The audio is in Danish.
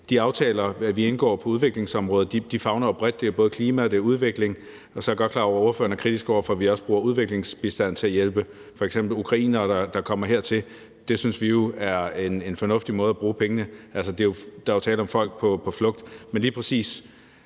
de aftaler, vi indgår på udviklingsområdet, favner bredt – det er både klima og udvikling. Og så er jeg godt klar over, at spørgeren er kritisk over for, at vi også bruger udviklingsbistand til at hjælpe f.eks. ukrainere, der kommer hertil. Det synes vi jo er en fornuftig måde at bruge pengene på. Altså, der er jo tale om folk på flugt. Men lige præcis